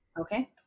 Okay